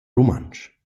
rumantsch